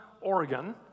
Oregon